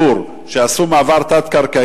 עשו את הדבר לקיבוץ יגור, כשעשו מעבר תת-קרקעי.